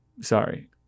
sorry